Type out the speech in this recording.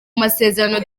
masezerano